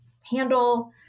handle